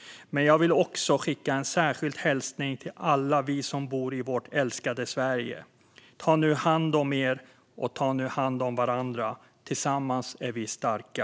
Jag vill också skicka en särskild hälsning till alla oss som bor i vårt älskade Sverige. Ta nu hand om er, och ta hand om varandra! Tillsammans är vi starka!